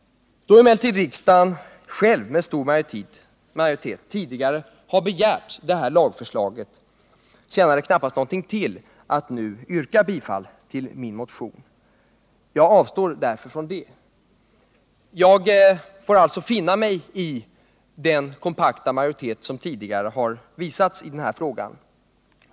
Då emellertid riksdagen själv med stor majoritet tidigare har begärt detta lagförslag tjänar det knappast något till att nu yrka bifall till min motion. Jag avstår därför från det. Jag får finna mig i den kompakta majoritet som tidigare har kommit till uttryck i den här frågan.